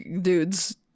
dudes